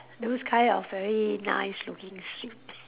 those kind of very nice looking swing